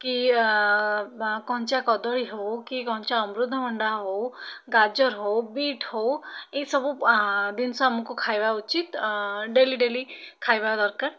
କି ବା କଞ୍ଚା କଦଳୀ ହଉ କି କଞ୍ଚା ଅମୃତଭଣ୍ଡା ହଉ ଗାଜର ହଉ ବିଟ୍ ହଉ ଏଇସବୁ ଜିନିଷ ଆମକୁ ଖାଇବା ଉଚିତ ଡେଲି ଡେଲି ଖାଇବା ଦରକାର